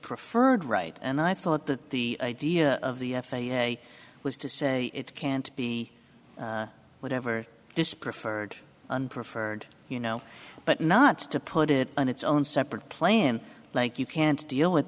preferred right and i thought that the idea of the f a a was to say it can't be whatever this preferred one preferred you know but not to put it on its own separate playin like you can't deal with